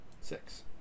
Six